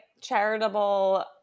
charitable